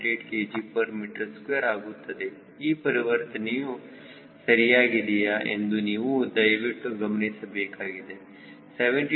8 kgm2 ಆಗುತ್ತದೆ ಈ ಪರಿವರ್ತನೆಯು ಸರಿಯಾಗಿದೆಯಾ ಎಂದು ನೀವು ದಯವಿಟ್ಟು ಗಮನಿಸಬೇಕಾಗಿದೆ 72